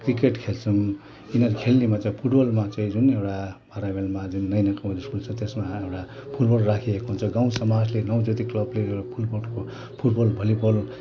cricket खेल्छौँ यिनीहरू खेल्नेमा चाहिँ फुटबलमा चाहिँ जुन एउटा स्कुल छ त्यसमा एउटा फुट बल राखिएको हुन्छ गाउँ समाजले गाउँ जति क्लबले फुटबलको फुट बल भली बल